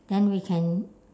then we can